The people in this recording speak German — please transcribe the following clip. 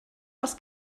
was